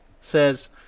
says